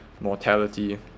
mortality